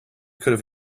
could